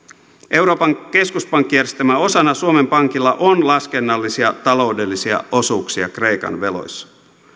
euroopan keskuspankkijärjestelmän osana suomen pankilla on laskennallisia taloudellisia osuuksia kreikan veloissa